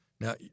Now